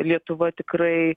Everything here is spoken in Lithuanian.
lietuva tikrai